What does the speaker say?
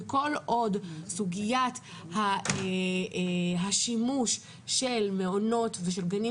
כל עוד סוגיית השימוש של מעונות ושל גנים